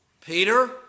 Peter